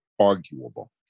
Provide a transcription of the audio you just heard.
arguable